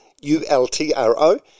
U-L-T-R-O